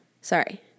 Sorry